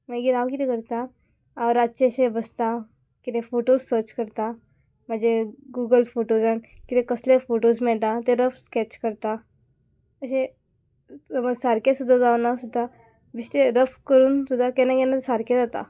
मागीर हांव किरें करता हांव रातचेशे बसता कितें फोटोज सर्च करता म्हाजे गुगल फोटोजान कितें कसलेय फोटोज मेळटा तें रफ स्कॅच करता अशें समज सारके सुद्दां जावना सुद्दां बेश्टे रफ करून सुद्दां केन्ना केन्ना सारके जाता